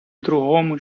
другому